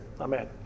Amen